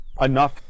enough